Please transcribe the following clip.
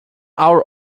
are